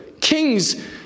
Kings